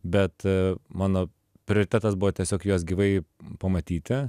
bet mano prioritetas buvo tiesiog juos gyvai pamatyti